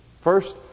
First